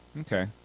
Okay